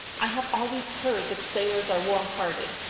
i have always heard that sailors are warm-hearted,